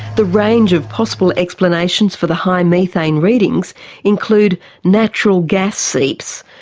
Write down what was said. the range of possible explanations for the high methane readings include natural gas seeps,